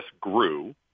grew